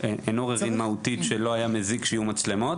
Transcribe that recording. אין עוררין מהותי שלא היה מזיק שיהיו מצלמות.